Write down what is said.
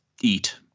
eat